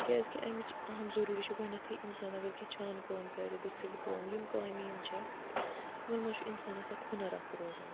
کیٛازِکہِ اَمِچ اَہم ضٔروٗری چھےٚ گۄڈٕنٮ۪تھٕے اِنسان اگر کیٚنٛہہ چھانہٕ کٲم کَرِ دٔسِل کٲم یِم کامہِ یِم چھےٚ یِمَن منٛز چھُ اِنسانَس اَکھ ہُنَر اَکھ روزان